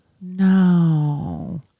no